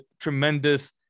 tremendous